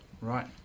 Right